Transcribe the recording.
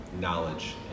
knowledge